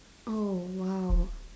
oh !wow!